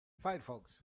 firefox